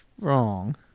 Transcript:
wrong